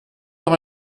noch